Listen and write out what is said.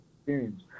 experience